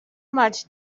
much